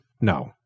No